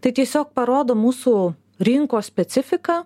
tai tiesiog parodo mūsų rinkos specifiką